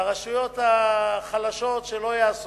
והרשויות החלשות, שלא יעשו.